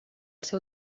seu